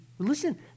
Listen